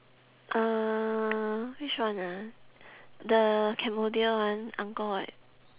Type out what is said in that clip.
uh which one ah the cambodia one angkor wat